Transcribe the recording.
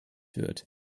wird